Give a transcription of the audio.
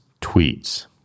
tweets